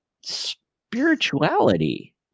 spirituality